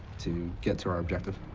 to get to our objective.